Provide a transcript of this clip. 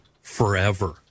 forever